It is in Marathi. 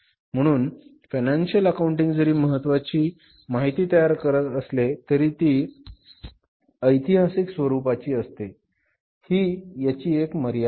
म्हणून फायनान्शिअल अकाउंटिंग जरी महत्त्वाची माहिती तयार करत असले तरी ती ऐतिहासिक स्वरूपाची असते ही याची एक मर्यादा आहे